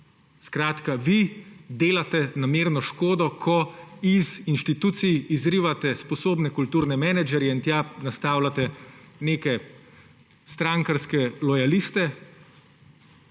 Skratka, vi delate namerno škodo, ko iz inštitucij izrivate sposobne kulturne menedžerje in tja nastavljate neke strankarske lojaliste,